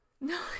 No